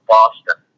Boston